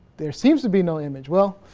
there seems to be no image well.